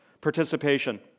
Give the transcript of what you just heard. participation